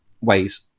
ways